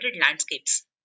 landscapes